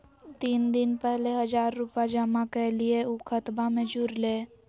तीन दिन पहले हजार रूपा जमा कैलिये, ऊ खतबा में जुरले?